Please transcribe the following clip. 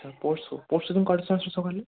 আচ্ছা পরশু পরশুদিন কটার সময় আসছেন সকালে